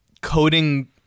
coding